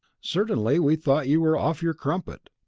certainly we thought you were off your crumpet.